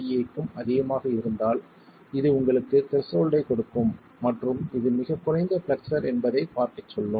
15 MPa க்கும் அதிகமாக இருந்தால் இது உங்களுக்கு த்ரெஷோல்ட்டைக் கொடுக்கும் மற்றும் இது மிகக் குறைந்த பிளெக்ஸ்ஸர் என்பதைப் பார்க்கச் சொல்லும்